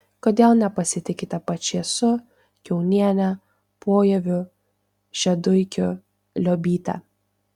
kodėl nepasitikite pačėsu kiauniene pojaviu šeduikiu liobyte